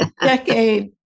decade